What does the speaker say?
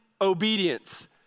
obedience